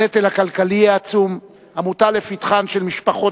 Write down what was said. הנטל הכלכלי העצום המוטל לפתחן של משפחות